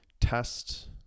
test